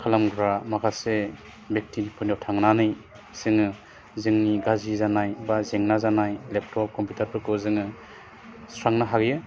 खालामग्रा माखासे बेगथिफोदनियाव थांनानै जोङो जोंनि गाज्रि जानाय बा जेंना जानाय लेपटप कम्पिउटारफोरखौ जोङो सुस्रांनो हायो